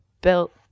built